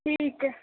ठीक आहे